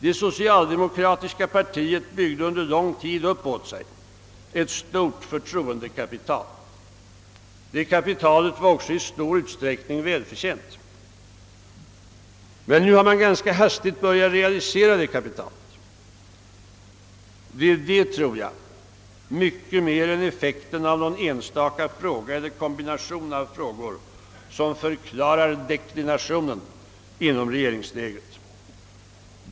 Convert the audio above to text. Det socialdemokratiska partiet byggde under lång tid upp åt sig ett stort förtroendekapital. Det kapitalet var också i stor utsträckning välförtjänt. Men nu har man ganska hastigt börjat realisera detta kapital. Det är detta, tror jag, mycket mer än effekten av någon enstaka fråga eller kombination av frågor som förklarar deklinationen inom regeringslägret.